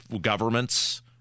governments